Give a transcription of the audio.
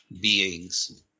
beings